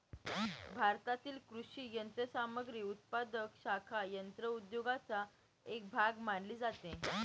भारतातील कृषी यंत्रसामग्री उत्पादक शाखा यंत्र उद्योगाचा एक भाग मानली जाते